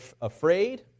afraid